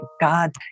God